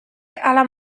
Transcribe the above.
alla